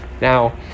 Now